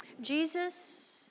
Jesus